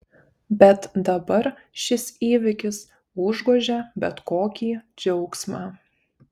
bet dabar šis įvykis užgožia bet kokį džiaugsmą